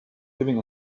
giving